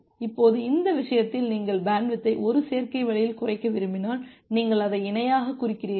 இப்போது இந்த விஷயத்தில் நீங்கள் பேண்ட்வித்தை ஒரு சேர்க்கை வழியில் குறைக்க விரும்பினால் நீங்கள் அதை இணையாக குறைக்கிறீர்கள்